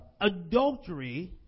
adultery